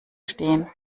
stehen